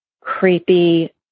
creepy